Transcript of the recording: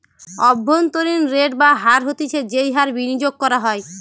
অভ্যন্তরীন রেট বা হার হতিছে যেই হার বিনিয়োগ করা হয়